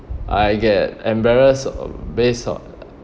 I get embarrassed based on